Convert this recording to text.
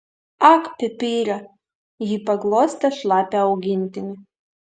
ak pipire ji paglostė šlapią augintinį